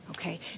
Okay